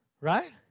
Right